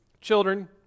children